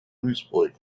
duisburg